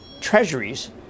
treasuries